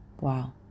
Wow